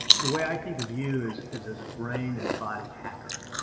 the way i think of you is is as a brain and body hacker, yeah